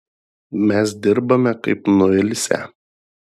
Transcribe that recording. mes dirbame kaip nuilsę